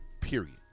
period